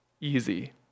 easy